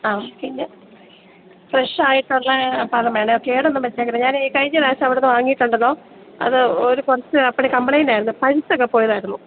ആ പിന്നെ ഫ്രഷായിട്ടുള്ള പഴം വേണം കേടൊന്നും വച്ചേക്കരുത് ഞാൻ ഈ കഴിഞ്ഞ പ്രാവശ്യം അവിടെ നിന്ന് വാങ്ങിയിട്ടുണ്ടായിരുന്നല്ലോ അത് ഒരു കുറച്ച് അപ്പടി കംപ്ലെയിൻറ്റായിരുന്നു പഴുത്തൊക്കെ പോയതായിരുന്നു